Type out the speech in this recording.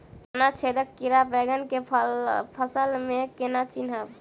तना छेदक कीड़ा बैंगन केँ फसल म केना चिनहब?